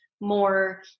more